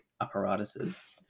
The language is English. Apparatuses